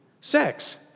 sex